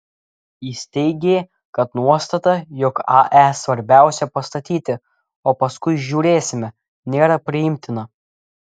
jis teigė kad nuostata jog ae svarbiausia pastatyti o paskui žiūrėsime nėra priimtina